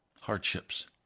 Hardships